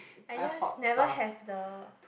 I just never have the